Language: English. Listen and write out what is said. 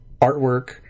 artwork